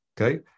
Okay